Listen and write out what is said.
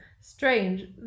Strange